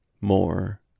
More